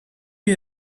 you